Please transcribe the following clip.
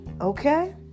Okay